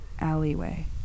alleyway